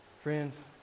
Friends